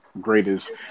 greatest